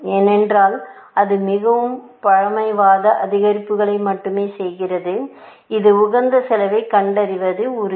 ஏனென்றால் அது மிகவும் பழமைவாத அதிகரிப்புகளை மட்டுமே செய்கிறது இது உகந்த செலவைக் கண்டறிவது உறுதி